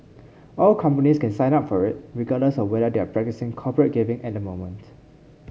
all companies can sign up for it regardless of whether they are practising corporate giving at the moment